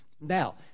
Now